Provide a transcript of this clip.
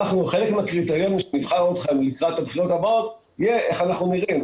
חלק מהקריטריונים שנבחר אתכם לקראת הבחירות הבאות יהיה איך אנחנו נראים,